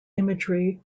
imagery